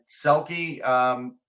Selkie